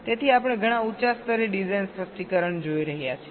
તેથી આપણે ઘણા ઉંચા સ્તરે ડિઝાઇન સ્પષ્ટીકરણ જોઈ રહ્યા છીએ